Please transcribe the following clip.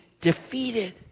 defeated